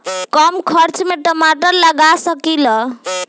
कम खर्च में टमाटर लगा सकीला?